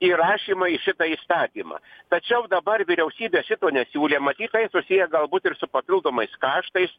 įrašymą į šitą įstatymą tačiau dabar vyriausybė šito nesiūlė matyt tai susiję galbūt ir su papildomais kaštais